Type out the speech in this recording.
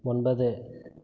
ஒன்பது